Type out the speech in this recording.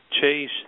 chase